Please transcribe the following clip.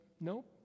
Nope